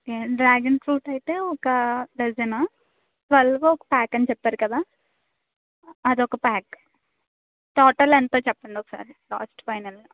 okay dragon fruit అయితే ఒక dozen twelve ఒక ప్యాక్ అని చెప్పారు కదా అదొక ప్యాక్ టోటల్ ఎంతో చెప్పండి ఒకసారి లాస్ట్ ఫైనల్గా